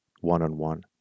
one-on-one